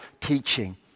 teaching